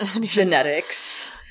genetics